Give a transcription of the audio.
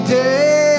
day